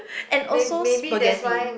and also spaghetti